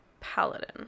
Paladin